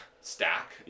stack